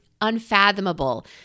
unfathomable